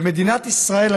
במדינת ישראל,